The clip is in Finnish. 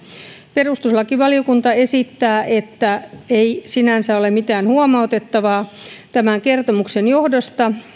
perustuslakivaliokunta esittää että ei sinänsä ole mitään huomautettavaa tämän kertomuksen johdosta